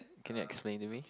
can you explain to me